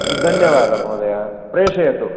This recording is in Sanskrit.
धन्यवादः महोदय प्रेषयतु